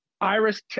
Iris